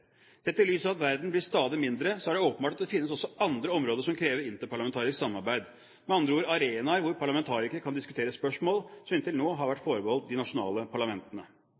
i lys av at verden blir stadig mindre er det åpenbart at det finnes også andre områder som krever interparlamentarisk samarbeid, med andre ord, arenaer hvor parlamentarikere kan diskutere spørsmål som inntil nå har vært forbeholdt de nasjonale parlamentene.